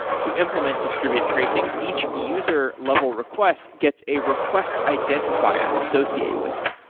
to implement distributed tracing, each user level request gets a request identifier associated with it.